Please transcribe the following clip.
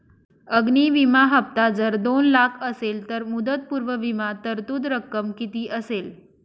अग्नि विमा हफ्ता जर दोन लाख असेल तर मुदतपूर्व विमा तरतूद रक्कम किती असेल?